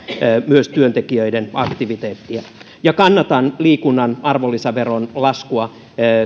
myös työntekijöiden aktiviteettia ja kannatan liikunnan arvonlisäveron laskua